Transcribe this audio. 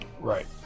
Right